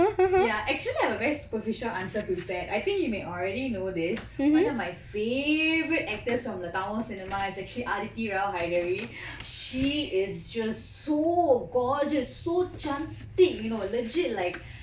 ya actually I have a very superficial answer prepared I think you may already know this one of my favorite actors from the tamil cinemas is actually aditi rao hydari she is just so gorgeous so cantik you know legit like